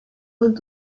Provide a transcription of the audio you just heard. want